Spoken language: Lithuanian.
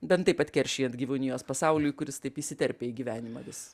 bent taip atkeršijant gyvūnijos pasauliui kuris taip įsiterpia į gyvenimą vis